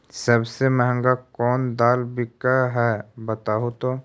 सबसे महंगा कोन दाल बिक है बताहु तो?